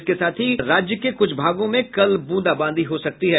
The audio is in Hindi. इसके साथ ही कल राज्य के कुछ भागों में ब्रंदाबांदी हो सकती है